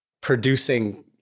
producing